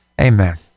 amen